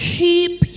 keep